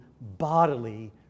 bodily